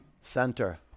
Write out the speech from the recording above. Center